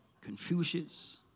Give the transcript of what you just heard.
Confucius